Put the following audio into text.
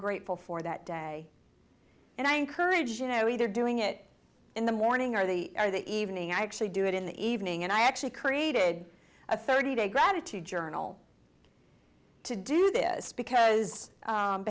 grateful for that day and i encourage you know either doing it in the morning or the or that evening i actually do it in the evening and i actually created a thirty day gratitude journal to do this because